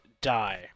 die